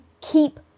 keep